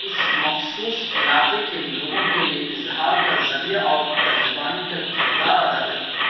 اس مخصوص علاقے کے لوگوں کے لیے اظہار کا ذریعہ اور ترجمانی کا کردار ادا کرتی ہے